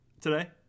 today